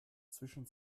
zwischen